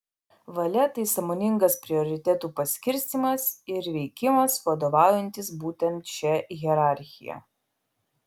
valia tai sąmoningas prioritetų paskirstymas ir veikimas vadovaujantis būtent šia hierarchija